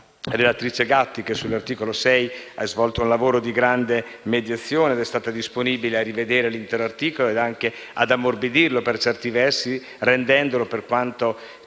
la relatrice Gatti, che sull'articolo 6 ha svolto un lavoro di grande mediazione ed è stata disponibile a rivedere l'intero articolo ed anche ad ammorbidirlo, per certi versi, rendendolo, per quanto